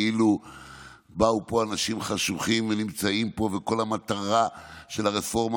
כאילו באו לפה אנשים חשוכים ונמצאים פה וכל המטרה של הרפורמה